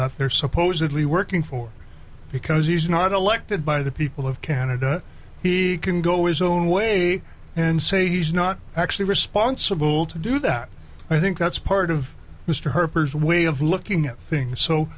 that they're supposedly working for because he's not elected by the people of canada he can go his own way and say he's not actually responsible to do that i think that's part of mr harper's way of looking at things so